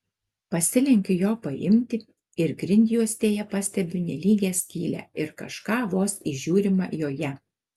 pasilenkiu jo paimti ir grindjuostėje pastebiu nelygią skylę ir kažką vos įžiūrima joje